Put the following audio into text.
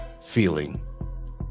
feeling